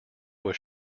was